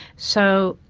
so,